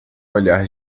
olhar